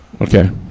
okay